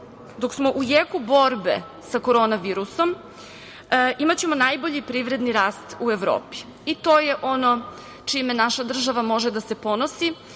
dok smo u jeku borbe sa korona virusom imaćemo najbolji privredni rast u Evropi i to je ono čime naša država može da se ponosi